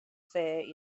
fair